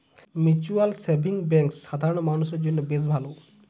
mutual savings bank সাধারণ মানুষদের জন্য বেশ ভালো